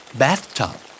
bathtub